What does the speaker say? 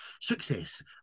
success